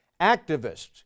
activists